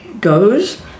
goes